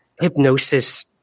hypnosis